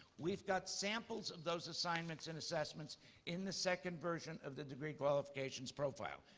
we've got samples of those assignments and assessments in the second version of the degree qualifications profile.